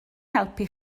helpu